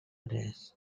dress